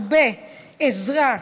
הרבה עזרה,